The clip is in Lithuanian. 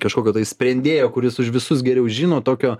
kažkokio tai sprendėjo kuris už visus geriau žino tokio